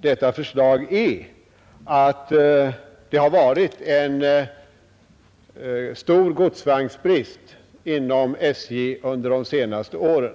detta förslag är att det har varit godåvagnsbrist inom SJ under de senaste åren.